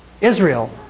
Israel